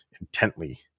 intently